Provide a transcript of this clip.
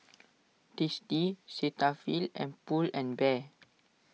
Tasty Cetaphil and Pull and Bear